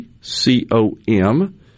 C-O-M